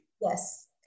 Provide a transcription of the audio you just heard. Yes